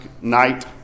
night